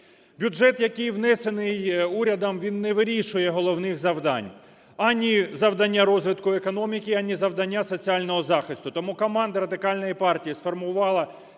Бюджет, який внесений урядом, він не вирішує головних завдань: ані завдання розвитку економіки, ані завдання соціального захисту. Тому команда Радикальної партії сформувала